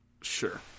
Sure